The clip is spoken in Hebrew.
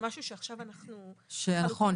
נכון.